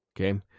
Okay